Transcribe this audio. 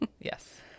yes